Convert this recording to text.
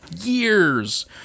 years